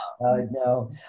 no